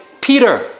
Peter